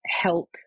help